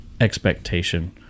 expectation